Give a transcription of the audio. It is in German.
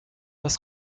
das